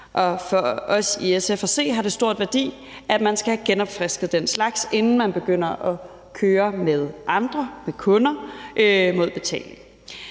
For os i SF at se, har det stor værdi, at man skal have genopfrisket den slags, inden man begynder at køre med kunder mod betaling.